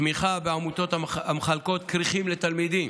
תמיכה בעמותות המחלקות כריכים לתלמידים